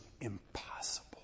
impossible